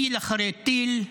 טיל אחרי טיל,